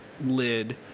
lid